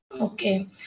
Okay